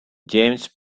james